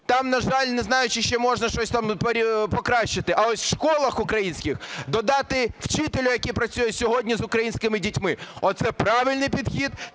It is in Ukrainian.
Там, на жаль, не знаю, чи ще можна щось там покращити. А ось в школах українських додати вчителю, який працює сьогодні з українськими дітьми – оце правильний підхід.